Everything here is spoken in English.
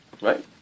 Right